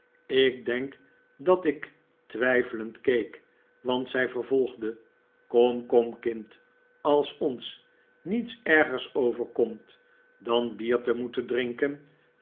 ik denk dat ik twijfelend keek want zij vervolgde kom kom kind als ons niets ergers overkomt dan bier te moeten drinken